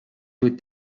with